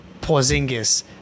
Porzingis